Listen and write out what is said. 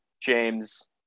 James